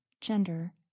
gender